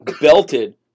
belted